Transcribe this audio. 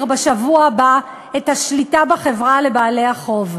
בשבוע הבא את השליטה בחברה לבעלי החוב.